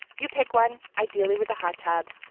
you pick one, ideally with a hot tub,